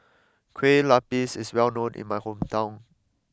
Kueh Lapis is well known in my hometown